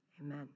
Amen